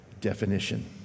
definition